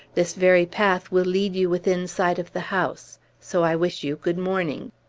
this very path will lead you within sight of the house so i wish you good-morning.